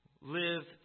live